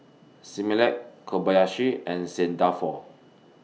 Similac Kobayashi and Saint Dalfour